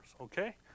Okay